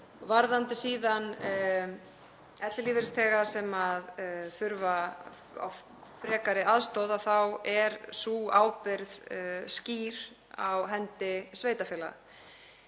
Varðandi síðan ellilífeyrisþega sem þurfa frekari aðstoð er sú ábyrgð skýr á hendi sveitarfélaga.